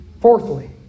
Fourthly